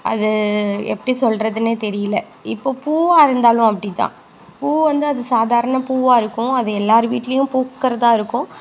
அது எப்படி சொல்கிறதுன்னே தெரியல இப்போது பூவாக இருந்தாலும் அப்படித்தான் பூ வந்து அது சாதாரண பூவாக இருக்கும் அது எல்லார் வீட்டிலையும் பூக்கிறதா இருக்கும்